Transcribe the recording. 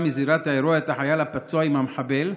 מזירת האירוע את החייל הפצוע עם המחבל,